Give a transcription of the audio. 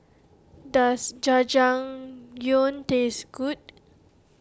does Jajangmyeon taste good